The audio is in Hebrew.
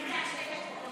עד עשר דקות.